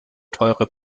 teure